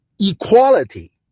equality